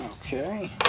Okay